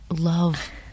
love